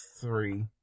three